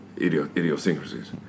idiosyncrasies